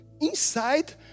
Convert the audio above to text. inside